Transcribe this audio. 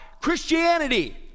christianity